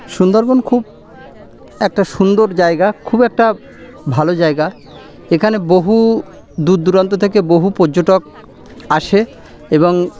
সুন্দরবন খুব একটা সুন্দর জায়গা খুব একটা ভালো জায়গা এখানে বহু দূরদূরান্ত থেকে বহু পর্যটক আসে এবং